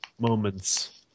moments